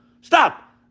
stop